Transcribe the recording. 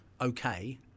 okay –